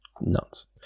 nuts